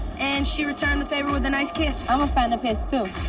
and she returned the favor with a nice kiss. i'm a fan of his too.